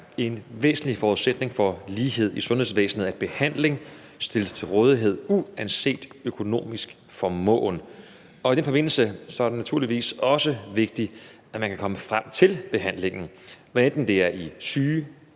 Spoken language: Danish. en væsentlig forudsætning for lighed i sundhedsvæsenet, at behandling stilles til rådighed, uanset økonomisk formåen. I den forbindelse er det naturligvis også vigtigt, at man kan komme frem til behandlingen, hvad enten det er i sygehus-